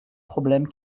problèmes